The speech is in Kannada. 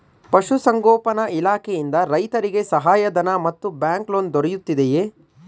ಪಶು ಸಂಗೋಪನಾ ಇಲಾಖೆಯಿಂದ ರೈತರಿಗೆ ಸಹಾಯ ಧನ ಮತ್ತು ಬ್ಯಾಂಕ್ ಲೋನ್ ದೊರೆಯುತ್ತಿದೆಯೇ?